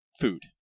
food